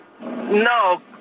No